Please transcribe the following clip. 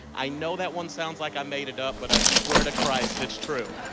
i know that one sounds like i made it up. but i swear to christ it's true